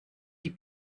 die